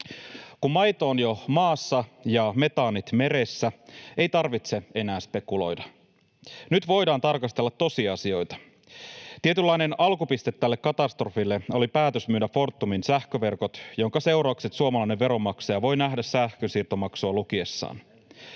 Kun maito on jo maassa ja metaanit meressä, ei tarvitse enää spekuloida. Nyt voidaan tarkastella tosiasioita. Tietynlainen alkupiste tälle katastrofille oli päätös myydä Fortumin sähköverkot, jonka seuraukset suomalainen veronmaksaja voi nähdä sähkönsiirtomaksua lukiessaan.